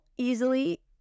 easily